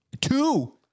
two